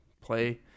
play